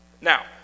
Now